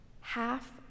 half